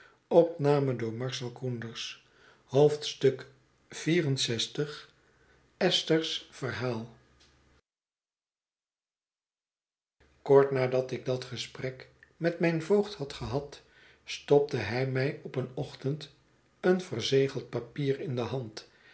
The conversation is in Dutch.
lxiv esther's verhaal kort na dat ik dat gesprek met mijn voogd had gehad stopte hij mij op een ochtend een verzegeld papier in de hand